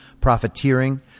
profiteering